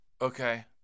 Okay